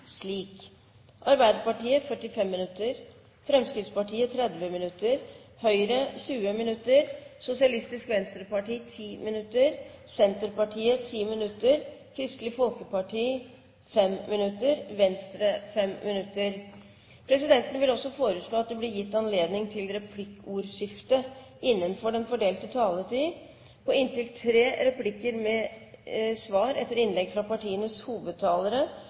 slik: Arbeiderpartiet 45 minutter, Fremskrittspartiet 30 minutter, Høyre 20 minutter, Sosialistisk Venstreparti 10 minutter, Senterpartiet 10 minutter, Kristelig Folkeparti 5 minutter og Venstre 5 minutter. Videre vil presidenten foreslå at det blir gitt anledning til replikkordskifte på inntil tre replikker med svar etter innlegg fra partienes hovedtalere